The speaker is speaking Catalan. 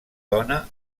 dona